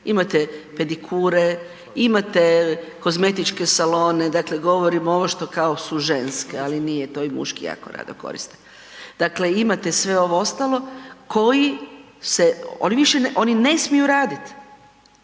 imate pedikure, imate kozmetičke salone, dakle govorimo ovo što kao su ženske, ali nije to i muški jako rado koriste. Dakle, imate sve ovo ostalo koji se, oni više, oni ne smiju raditi.